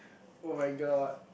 [oh]-my-god